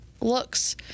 looks